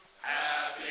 Happy